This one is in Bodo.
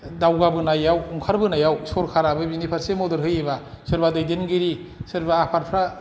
दावगाबोनायाव ओंखारबोनायाव सरकाराबो बेनि फारसे मदद होयोबा सोरबा दैदेनगिरि सोरबा आफादफ्रा